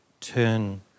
turn